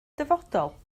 dyfodol